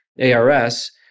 ARS